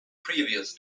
previous